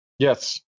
Yes